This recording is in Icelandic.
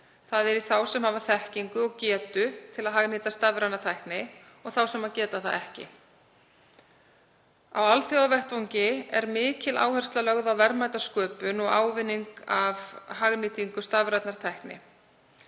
þ.e. í þá sem hafa þekkingu og getu til að hagnýta stafræna tækni og þá sem það geta ekki. Á alþjóðavettvangi er mikil áhersla lögð á verðmætasköpun og ávinning af hagnýtingu stafrænnar tækni.